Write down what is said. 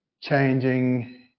changing